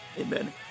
Amen